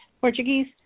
Portuguese